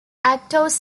actors